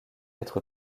être